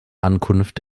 ankunft